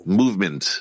movement